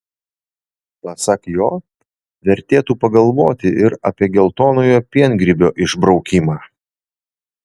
pasak jo vertėtų pagalvoti ir apie geltonojo piengrybio išbraukimą